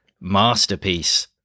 masterpiece